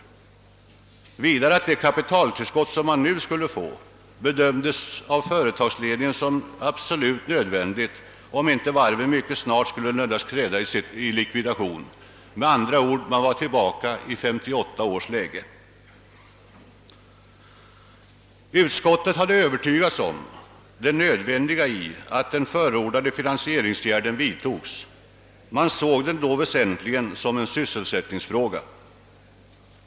Vidare framhölls att det kapitaltillskott, som företaget skulle få, av företagsledningen bedömdes som absolut nödvändigt, om inte varvet mycket snart skulle nödgas träda i likvidation. Med andra ord: man var tillbaka i 1958 års läge. Utskottet hade övertygats om det nödvändiga i att den förordade finansieringsåtgärden vidtogs — den sågs då väsentligen som en sysselsättningsfråga.